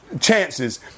chances